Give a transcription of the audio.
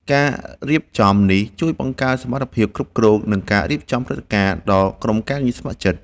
ការរៀបចំនេះជួយបង្កើនសមត្ថភាពគ្រប់គ្រង និងការរៀបចំព្រឹត្តិការណ៍ដល់ក្រុមការងារស្ម័គ្រចិត្ត។